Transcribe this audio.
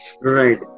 Right